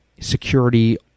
security